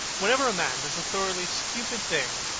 whenever a man does a thoroughly stupid thing,